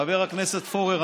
חבר הכנסת פורר,